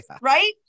Right